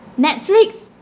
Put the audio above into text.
netflix